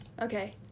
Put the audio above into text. Okay